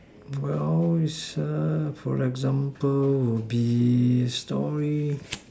well it's a for example would be story